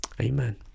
amen